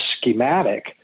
schematic